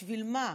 בשביל מה?